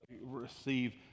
receive